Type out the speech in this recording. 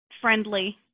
friendly